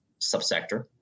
subsector